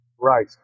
Right